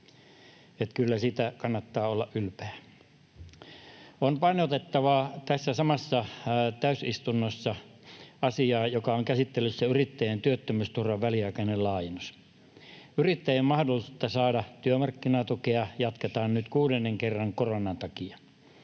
kyllä siitä kannattaa olla ylpeä. On painotettava asiaa, joka on käsittelyssä tässä samassa täysistunnossa: yrittäjien työttömyysturvan väliaikaista laajennusta. Yrittäjien mahdollisuutta saada työmarkkinatukea jatketaan nyt kuudennen kerran koronan takia